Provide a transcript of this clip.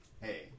hey